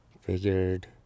figured